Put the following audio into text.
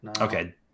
okay